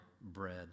bread